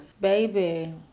baby